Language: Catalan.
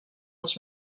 els